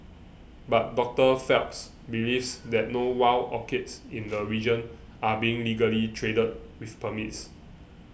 but Doctor Phelps believes that no wild orchids in the region are being legally traded with permits